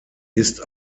ist